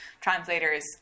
translators